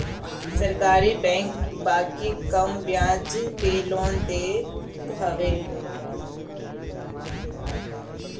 सरकारी बैंक बाकी कम बियाज पे लोन देत हवे